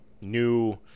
new